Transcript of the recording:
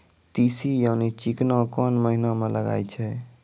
तीसी यानि चिकना कोन महिना म लगाय छै?